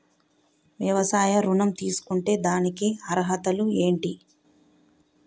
వ్యవసాయ ఋణం తీసుకుంటే దానికి అర్హతలు ఏంటి?